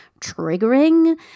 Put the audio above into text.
triggering